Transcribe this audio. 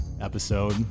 episode